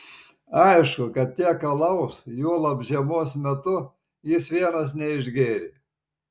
aišku kad tiek alaus juolab žiemos metu jis vienas neišgėrė